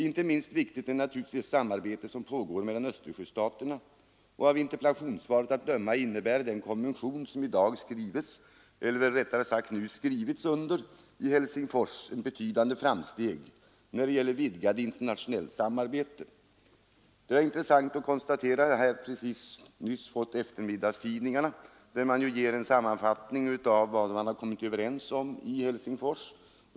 Inte minst viktigt är naturligtvis det samarbete som pågår mellan Östersjöstaterna, och av interpellationssvaret att döma innebär den konvention som i dag skrivits under i Helsingfors betydande framsteg när det gäller ett vidgat internationellt samarbete. Jag fick för en kort stund sedan tillgång till eftermiddagstidningarna, där det ges en sammanfattning av vad man kommit överens om i Helsingfors.